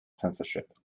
censorship